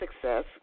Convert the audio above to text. Success